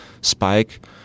spike